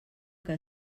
que